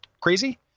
crazy